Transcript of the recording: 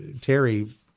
Terry